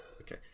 Okay